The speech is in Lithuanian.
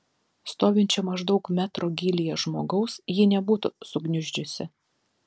stovinčio maždaug metro gylyje žmogaus ji nebūtų sugniuždžiusi